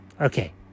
Okay